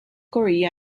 korea